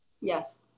Yes